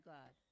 God